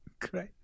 Great